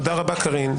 תודה רבה, קארין.